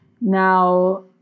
Now